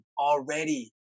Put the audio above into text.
already